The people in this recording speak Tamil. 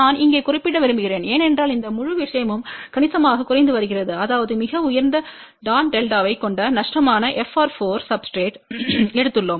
நான் இங்கே குறிப்பிட விரும்புகிறேன் ஏனென்றால் இந்த முழு விஷயமும் கணிசமாக குறைந்து வருகிறது அதாவது மிக உயர்ந்த டான் டெல்டாவைக் கொண்ட நஷ்டமான FR4 சப்ஸ்டிரேட்றை எடுத்துள்ளோம்